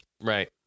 Right